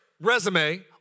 resume